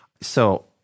So-